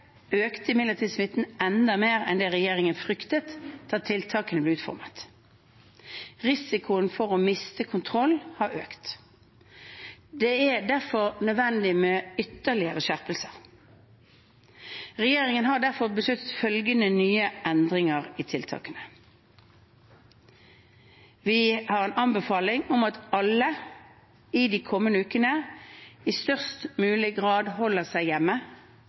økte imidlertid smitten enda mer enn det regjeringen fryktet da tiltakene ble utformet. Risikoen for å miste kontroll har økt. Det er derfor nødvendig med ytterligere skjerpelser. Regjeringen har derfor besluttet følgende nye endringer i tiltakene: Vi anbefaler at alle i de kommende ukene i størst mulig grad holder seg hjemme